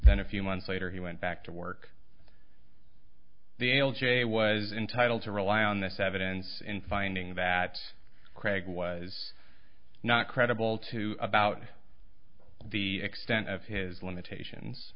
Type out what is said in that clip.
then a few months later he went back to work the l g a was entitled to rely on this evidence in finding that craig was not credible to about the extent of his limitations